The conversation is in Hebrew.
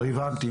הבנתי.